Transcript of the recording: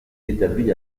établi